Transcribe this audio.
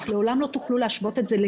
לעולם לא נוכל להשוות את זה לשב"כ,